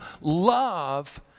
Love